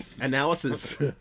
analysis